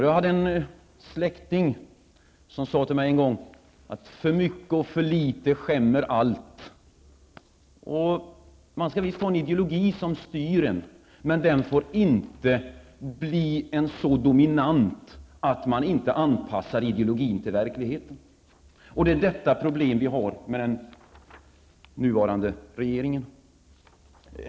Jag hade en släkting som en gång sade till mig att för mycket och för litet skämmer allt. Man skall visst ha en ideologi som styr en, men den får inte bli så dominant att man inte anpassar ideologin till verkligheten. Det är detta problem vi har med den nuvarande regeringen.